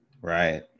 Right